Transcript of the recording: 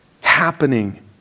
happening